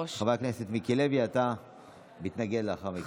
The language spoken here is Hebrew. הכנסת מיקי לוי, אתה מתנגד לאחר מכן.